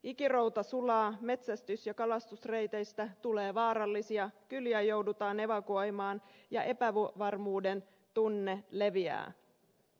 ikirouta sulaa metsästys ja kalastusreiteistä tulee vaarallisia kyliä joudutaan evakuoimaan ja epävarmuuden tunne leviää